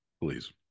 Please